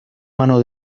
mano